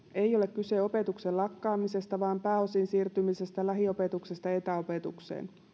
kyse ei ole opetuksen lakkaamisesta vaan pääosin siirtymisestä lähiopetuksesta etäopetukseen